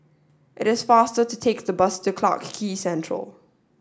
it is faster to take the bus to Clarke Quay Central